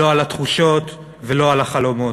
לא לתחושות ולא לחלומות.